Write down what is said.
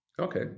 Okay